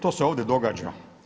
To se ovdje događa.